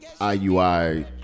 IUI